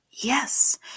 yes